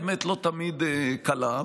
האמת לא תמיד קלה,